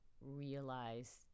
realize